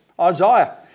Isaiah